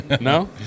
No